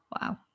Wow